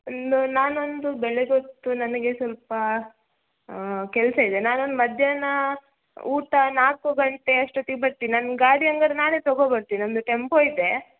ಒಂದು ನಾನೊಂದು ಬೆಳಿಗೊತ್ತು ನನಗೆ ಸ್ವಲ್ಪ ಕೆಲಸ ಇದೆ ನಾನೊಂದು ಮಧ್ಯಾಹ್ನ ಊಟ ನಾಲ್ಕು ಗಂಟೆ ಅಷ್ಟೊತ್ತಿಗೆ ಬರ್ತಿನಿ ನನ್ನ ಗಾಡಿ ಹಂಗರ್ ನಾನೆ ತಗೋ ಬರ್ತಿನಿ ನಂದು ಟೆಂಪೋ ಇದೆ